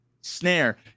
snare